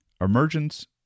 Emergence